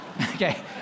Okay